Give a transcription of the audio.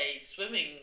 swimming